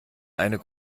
eine